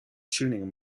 tuning